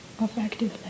effectively